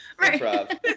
Right